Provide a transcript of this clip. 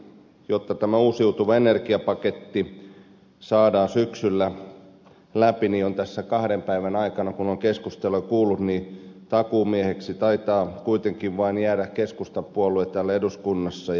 jotta uusiutuva energiapaketti saadaan syksyllä läpi tässä kahden päivän aikana kun on keskusteluja kuullut kaiken tämän takuumieheksi taitaa kuitenkin vain jäädä keskustapuolue täällä eduskunnassa